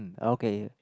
okay